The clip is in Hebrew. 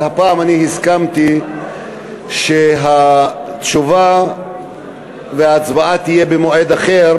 אבל הפעם הסכמתי שהתשובה וההצבעה יהיו במועד אחר,